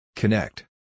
Connect